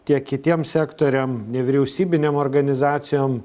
tiek kitiem sektoriam nevyriausybinėm organizacijom